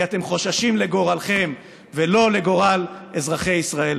כי אתם חוששים לגורלכם ולא לגורל אזרחי ישראל,